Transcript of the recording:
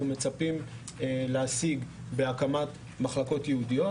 מצפים להשיג בהקמת מחלקות ייעודיות,